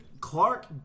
Clark